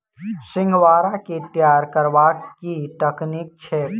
सिंघाड़ा केँ तैयार करबाक की तकनीक छैक?